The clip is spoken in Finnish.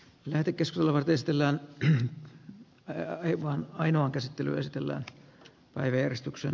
värikäs vellovat esitellään pien ja ivon ainoan käsittely esitellään taideristuksen